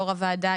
יו"ר הוועדה,